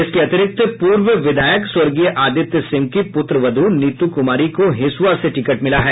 इसके अतिरिक्त पूर्व विधायक स्वर्गीय आदित्य सिंह की पुत्रवध् नीतू कुमारी को हिसुआ से टिकट मिला है